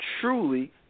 truly